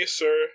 sir